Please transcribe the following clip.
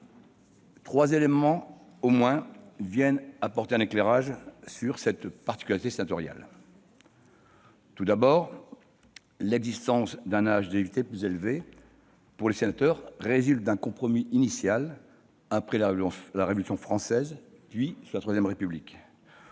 Trois éléments au moins viennent apporter un éclairage sur cette particularité sénatoriale. Tout d'abord, l'existence d'un âge d'éligibilité plus élevé pour les sénateurs résulte d'un compromis initial, après la Révolution française, puis sous la III République,